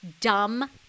dumb